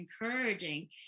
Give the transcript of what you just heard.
encouraging